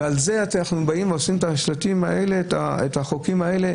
ובגלל זה מחוקקים את החוקים האלה?